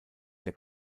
der